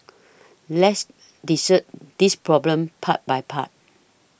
let's dissect this problem part by part